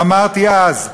ואמרתי אז,